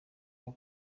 kuba